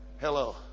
Hello